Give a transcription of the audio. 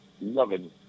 loving